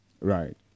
right